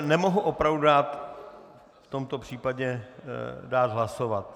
Nemohu opravdu v tomto případě dát hlasovat.